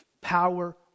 power